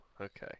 okay